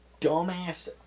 dumbass